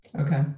okay